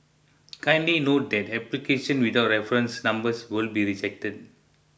kindly note that applications without reference numbers will be rejected